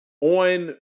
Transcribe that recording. on